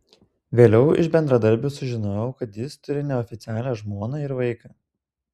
vėliau iš bendradarbių sužinojau kad jis turi neoficialią žmoną ir vaiką